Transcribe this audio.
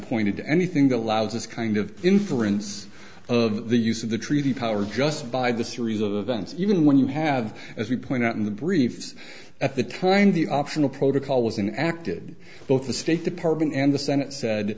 pointed to anything that allows this kind of inference of the use of the treaty power just by the series of events even when you have as you point out in the briefs at the time the optional protocol was in acted both the state department and the senate said